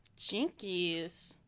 jinkies